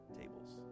tables